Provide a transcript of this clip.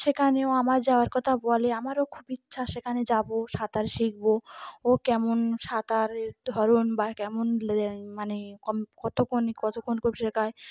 সেখানেও আমার যাওয়ার কথা বলে আমারও খুব ইচ্ছা সেখানে যাবো সাঁতার শিখবো ও কেমন সাঁতারের ধরন বা কেমন মানে কতক্ষণ কতক্ষণ ধরে শেখায়